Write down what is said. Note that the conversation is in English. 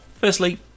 Firstly